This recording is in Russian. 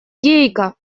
гейка